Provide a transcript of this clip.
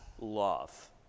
love